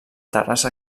terrassa